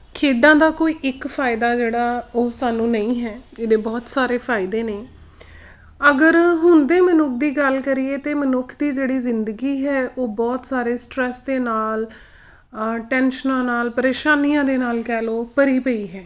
ਖੇਡਾਂ ਦਾ ਕੋਈ ਇੱਕ ਫਾਇਦਾ ਜਿਹੜਾ ਉਹ ਸਾਨੂੰ ਨਹੀਂ ਹੈ ਇਹਦੇ ਬਹੁਤ ਸਾਰੇ ਫਾਇਦੇ ਨੇ ਅਗਰ ਹੁਣ ਦੇ ਮਨੁੱਖ ਦੀ ਗੱਲ ਕਰੀਏ ਤਾਂ ਮਨੁੱਖ ਦੀ ਜਿਹੜੀ ਜ਼ਿੰਦਗੀ ਹੈ ਉਹ ਬਹੁਤ ਸਾਰੇ ਸਟਰੈਸ ਦੇ ਨਾਲ ਟੈਨਸ਼ਨਾਂ ਨਾਲ ਪਰੇਸ਼ਾਨੀਆਂ ਦੇ ਨਾਲ ਕਹਿ ਲਓ ਭਰੀ ਪਈ ਹੈ